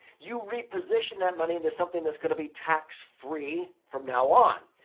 you reposition that money into something that's going to be tax-free from now on.